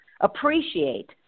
appreciate